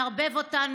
מערבב אותן,